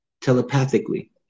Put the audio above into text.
telepathically